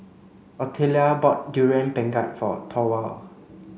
Otelia bought durian pengat for Thorwald